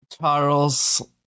Charles